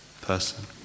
person